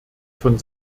von